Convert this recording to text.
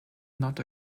not